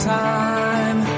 time